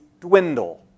dwindle